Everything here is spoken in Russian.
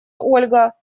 ольга